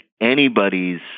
anybody's